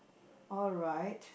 alright